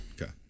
Okay